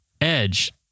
Edge